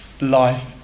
life